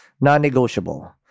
non-negotiable